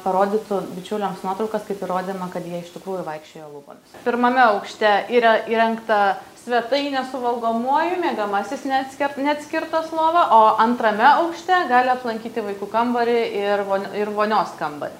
parodytų bičiuliams nuotraukas kaip įrodymą kad jie iš tikrųjų vaikščiojo lubomis pirmame aukšte yra įrengta svetainė su valgomuoju miegamasis neatskir neatskirtas lova o antrame aukšte gali aplankyti vaikų kambarį ir von ir vonios kambarį